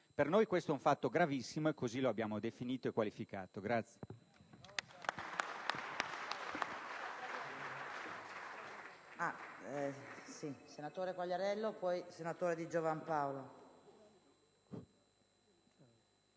Per noi questo è un fatto gravissimo e tale lo abbiamo definito e qualificato.